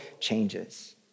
changes